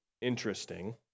interesting